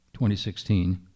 2016